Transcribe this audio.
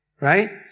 Right